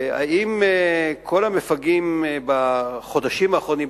האם כל המפגעים בחודשים האחרונים,